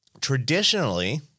traditionally